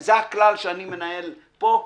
זה הכלל שאני מנהל פה.